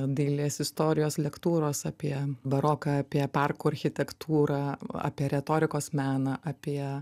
dailės istorijos lektūros apie baroką apie parko architektūrą apie retorikos meną apie